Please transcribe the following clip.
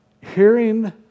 hearing